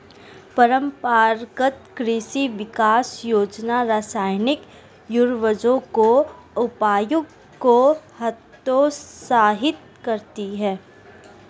परम्परागत कृषि विकास योजना रासायनिक उर्वरकों के उपयोग को हतोत्साहित करती है